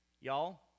Y'all